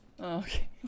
Okay